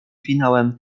finałem